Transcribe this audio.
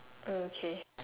oh ookay